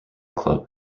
club